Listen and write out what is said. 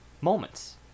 Moments